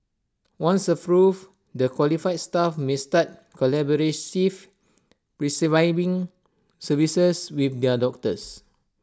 once approved the qualified staff may start collaborative prescribing services with their doctors